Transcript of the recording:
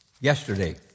Yesterday